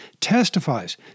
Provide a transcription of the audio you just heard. testifies